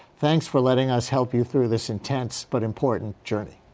thanks for letting us help you through this intense but important journey.